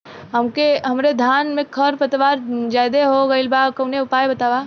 हमरे धान में खर पतवार ज्यादे हो गइल बा कवनो उपाय बतावा?